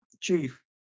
chief